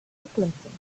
sequencing